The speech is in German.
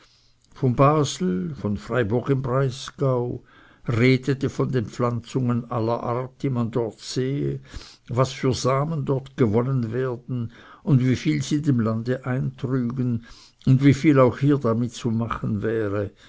von basel von freiburg im breisgau redete von den pflanzungen aller art die man dort sehe was für samen dort gewonnen werden und wie viel sie dem land eintrügen und wie viel auch hier damit zu machen wäre